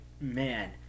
man